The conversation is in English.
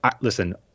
Listen